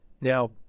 Now